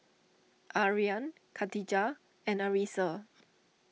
Aryan Katijah and Arissa